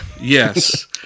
Yes